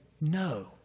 no